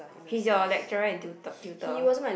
he's your lecturer and tutor tutor